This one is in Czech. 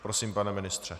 Prosím, pane ministře.